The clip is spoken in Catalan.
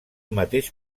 mateix